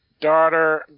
daughter